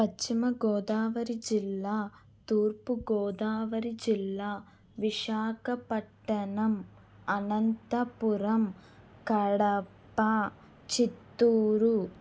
పశ్చిమ గోదావరి జిల్లా తూర్పు గోదావరి జిల్లా విశాఖపట్టణం అనంతపురం కడప చిత్తూరు